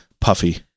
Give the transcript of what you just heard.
puffy